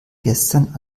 gestern